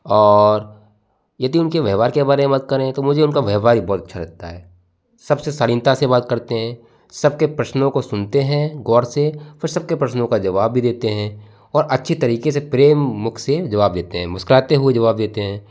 और यदि उनके व्यवहार के बारे में बात करें तो मुझे अच्छा लगता है सबसे शालीनता से बात करते हैं सबके प्रश्नों को सुनते हैं गौर से फिर सबके प्रश्नों के जवाब भी देते हैं और अच्छी तरीके से प्रेम मुख से जवाब देते हैं मुस्कुराते हुए जवाब देते हैं